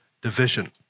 division